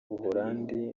buholandi